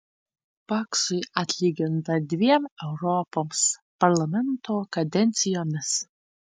paksui atlyginta dviem europos parlamento kadencijomis